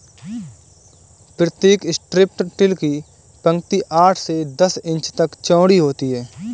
प्रतीक strip till की पंक्ति आठ से दस इंच तक चौड़ी होती है